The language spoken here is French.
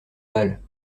balles